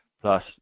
plus